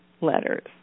letters